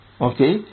okay